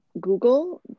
Google